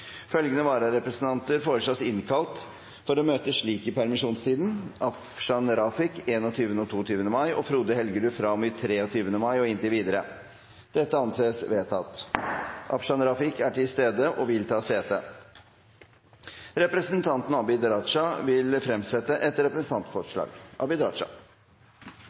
Følgende vararepresentanter innkalles for å møte i permisjonstiden slik: Afshan Rafiq 21. og 22. mai Frode Helgerud fra og med 23. mai og inntil videre Afshan Rafiq er til stede og vil ta sete. Representanten Abid Q. Raja vil fremsette et representantforslag.